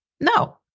No